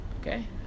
okay